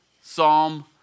Psalm